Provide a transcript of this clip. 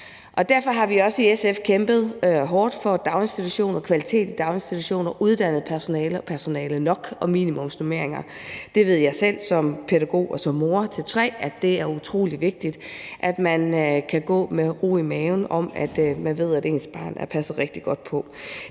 Derfor har vi også i SF kæmpet hårdt for daginstitutionerne og kvalitet i daginstitutionerne, uddannet personale og personale nok og minimumsnormeringer. Jeg ved selv som pædagog og som mor til tre, at det er utrolig vigtigt, at man kan gå med ro i maven, fordi man ved, at ens barn bliver passet godt på.